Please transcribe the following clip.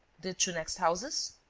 the two next houses?